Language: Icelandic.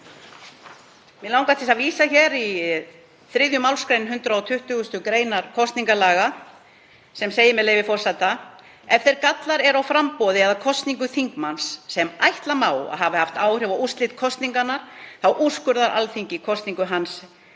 Mig langar til að vísa í 3. mgr. 120. gr. kosningalaga sem segir, með leyfi forseta: „Ef þeir gallar eru á framboði eða kosningu þingmanns sem ætla má að hafi haft áhrif á úrslit kosningarinnar úrskurðar Alþingi kosningu hans